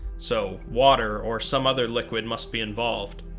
so water or some other liquid must be involved.